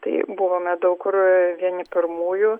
tai buvome daug kur vieni pirmųjų